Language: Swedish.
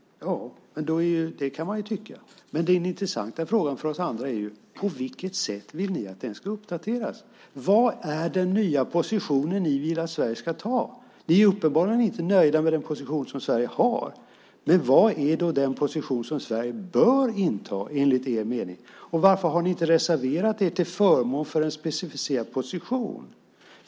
Ja, det kan man tycka. Men den intressanta frågan för oss andra är ju: På vilket sätt vill ni att den ska uppdateras? Vilken är den nya position som ni vill att Sverige ska inta? Ni är uppenbarligen inte nöjda med den position som Sverige har. Men vilken är då den position som Sverige bör inta enligt er mening? Varför har ni inte reserverat er till förmån för en speciell position?